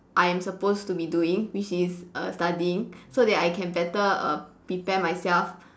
I am supposed to be doing which is err studying so that I can better err prepare myself